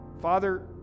Father